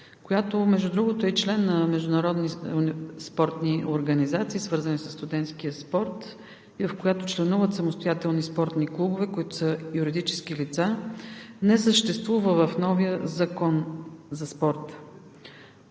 която, между другото, е член на международни спортни организации, свързани със студентския спорт, и в която членуват самостоятелни спортни клубове, които са юридически лица, не съществува в новия Закон за спорта.